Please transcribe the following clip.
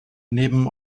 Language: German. neben